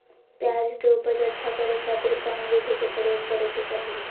प्याज के उपज अच्छा करे खातिर कौन विधि के प्रयोग करे के चाही?